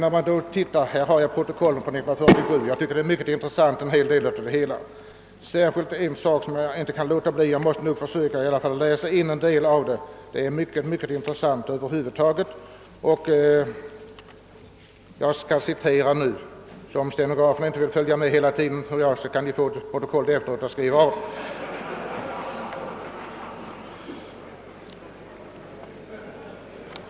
i Jag har här ett protokoll från 1947. Jag tycker det är mycket intressant över huvud taget och där finns särskilt ett avsnitt som jag skall citera.